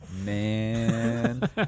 Man